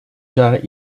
cas